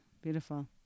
Beautiful